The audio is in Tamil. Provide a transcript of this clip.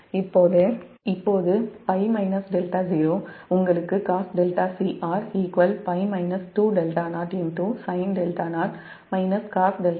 இப்போது𝝅 δ0 உங்களுக்கு cosδcr 𝝅 2δ0 ∗ sin δ0 cos δ0 சமன்பாடு 53 கிடைக்கும்